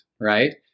right